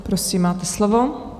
Prosím, máte slovo.